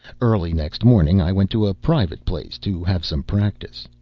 early next morning i went to a private place to have some practice.